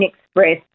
express